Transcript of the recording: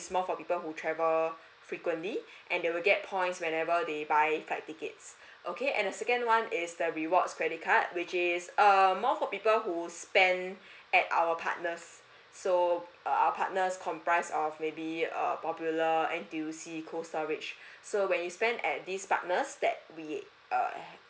it's more for people who travel frequently and they will get points whenever they buy flight tickets okay and the second one is the rewards credit card which is err more for people who spend at our partners so err our partners comprise of maybe err popular N_T_U_C cold storage so when you spend at this partners that we err